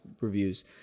reviews